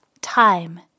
Time